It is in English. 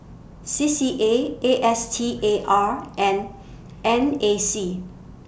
C C A A S T A R and N A C